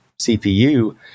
CPU